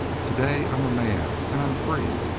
today i'm a man and i'm free.